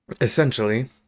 Essentially